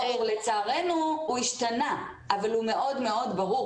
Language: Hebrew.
לצערנו המתווה השתנה אבל הוא מאוד מאוד ברור.